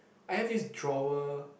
I have this drawer